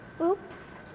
oops